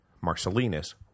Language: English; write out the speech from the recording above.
Marcellinus